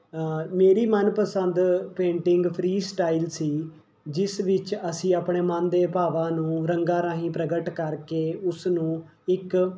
ਮੇਰੀ ਮਨਪਸੰਦ painting free style ਸੀ ਜਿਸ ਵਿੱਚ ਅਸੀਂ ਆਪਣੇ ਮਨ ਦੇ ਭਾਵਾਂ ਨੂੰ ਰੰਗਾਂ ਰਾਹੀਂ ਪ੍ਰਗਟ ਕਰਕੇ ਉਸ ਨੂੰ ਇੱਕ